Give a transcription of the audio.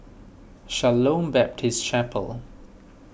Shalom Baptist Chapel